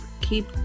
keep